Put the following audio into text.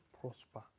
prosper